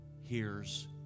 hears